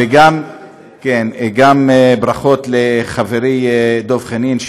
וגם ברכות לחברי דב חנין,